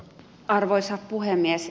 arvoisa puhemies